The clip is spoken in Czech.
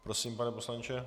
Prosím, pane poslanče.